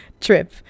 trip